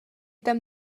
tam